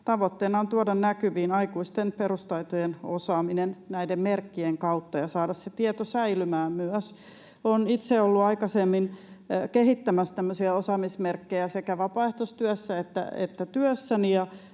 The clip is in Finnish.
Tavoitteena on tuoda näkyviin aikuisten perustaitojen osaaminen näiden merkkien kautta ja saada se tieto myös säilymään. Olen itse ollut aikaisemmin kehittämässä tämmöisiä osaamismerkkejä sekä vapaaehtoistyössä että työssäni.